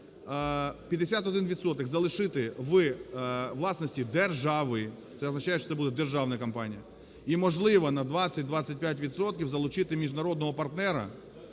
залишити в власності держави. Це означає, що буде державна компанія. І, можливо, на 20-25 відсотків залучити міжнародного партнера